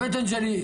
הבטן שלי,